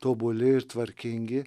tobuli ir tvarkingi